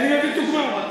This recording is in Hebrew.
ברחובות, אני אביא דוגמה.